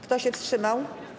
Kto się wstrzymał?